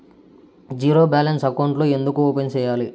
zero balance అకౌంట్లు ఎందుకు open సేయాలి